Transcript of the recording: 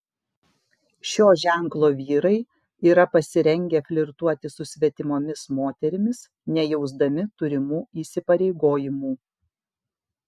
šio ženklo vyrai yra pasirengę flirtuoti su svetimomis moterimis nejausdami turimų įsipareigojimų